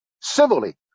civilly